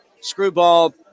Screwball